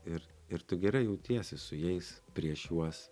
ir ir tu gerai jautiesi su jais prieš juos